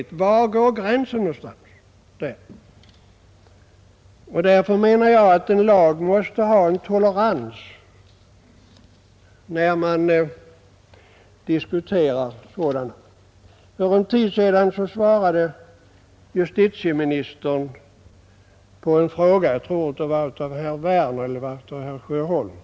En lag måste ändå ha en viss tolerans. För en tid sedan svarade justitieministern på en fråga. Jag tror att den var ställd av herr Werner eller herr Sjöholm.